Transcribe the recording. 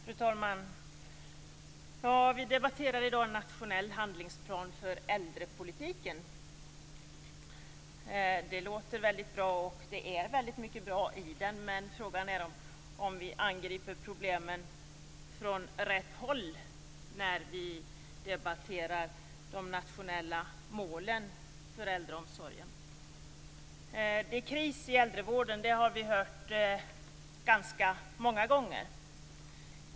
Fru talman! Vi debatterar i dag en nationell handlingsplan för äldrepolitiken. Det låter väldigt bra, och det finns också mycket som är bra i den. Men frågan är om vi angriper problemen från rätt håll när vi debatterar de nationella målen för äldreomsorgen. Det är kris i äldrevården. Det har vi hört ganska många gånger.